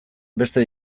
beste